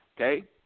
Okay